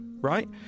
right